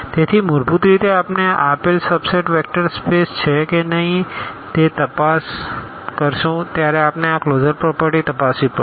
તેથી મૂળભૂત રીતે જ્યારે આપણે આપેલ સબસેટ વેક્ટર સ્પેસ છે કે નહીં તે તપાસો ત્યારે આપણે આ ક્લોઝર પ્રોપરટી તપાસવી પડશે